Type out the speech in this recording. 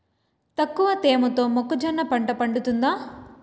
తక్కువ తేమతో మొక్కజొన్న పంట పండుతుందా?